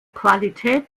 qualität